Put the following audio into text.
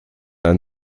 ein